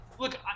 Look